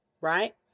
Right